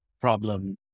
problem